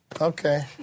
Okay